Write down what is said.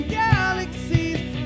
galaxies